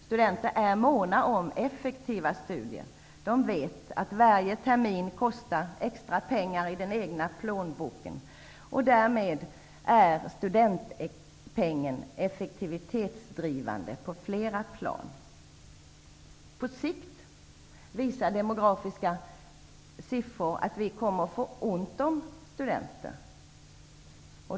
Studenterna är måna om effektiva studier. De vet att varje termin extra kostar för den egna plånboken. Därmed är studentpengen effektivitetspådrivande på flera plan. På sikt, det visar demografiska siffror, kommer det att bli ont om studenter.